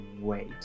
wait